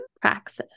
Praxis